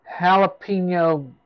jalapeno